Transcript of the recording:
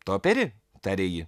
toperi tarė ji